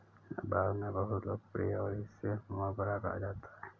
यह भारत में बहुत लोकप्रिय है और इसे मोगरा कहा जाता है